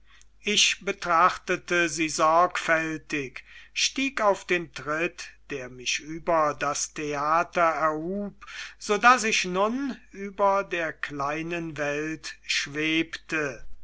ich betrachtete sie sorgfältig stieg auf den tritt der mich über das theater erhub so daß ich nun über der kleinen welt schwebte